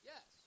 Yes